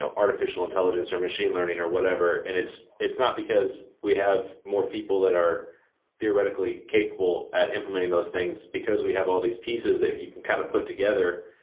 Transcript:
ah artificial intelligence or machine learning or whatever and it's it's not because we have more people that are theoretically capable at implementing those things because we have all these pieces that you can kind of put together,